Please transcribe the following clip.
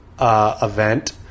Event